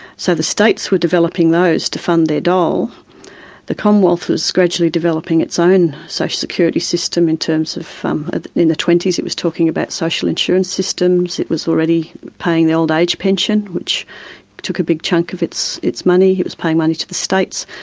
so the states were developing those to fund their dole the commonwealth was gradually developing its own social security system, in terms of um ah in the twenty s it was talking about social insurance systems it was already paying the old age pension, which took a big chunk of its its money. it was paying money to the states.